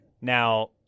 Now